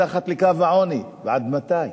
עד מתי?